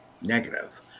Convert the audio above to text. negative